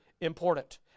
important